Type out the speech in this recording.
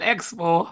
Expo